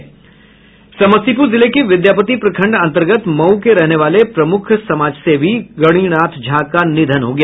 समस्तीपूर जिले के विद्यापति प्रखंड अंतर्गत मऊ के रहने वाले प्रमुख समाजसेवी गणिनाथ झा का निधन हो गया